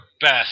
best